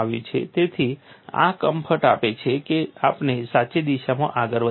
તેથી આ કમ્ફર્ટ આપે છે કે આપણે સાચી દિશામાં આગળ વધી રહ્યા છીએ